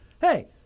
Hey